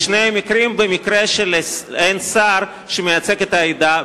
בשני מקרים: במקרה שאין שר שמייצג את העדה בממשלה.